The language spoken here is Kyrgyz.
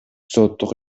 соттук